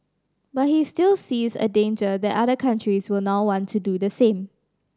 but he still sees a danger that other countries will now want to do the same